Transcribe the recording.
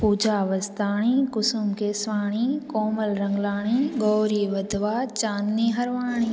Pooja Vastani Kusum Kesvani Komal Ranglani Gauri Wadhwa Chandni Harwani